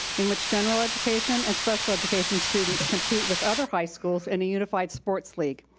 in which general education and special education students compete with other high schools in a unified sports league.